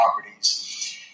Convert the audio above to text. properties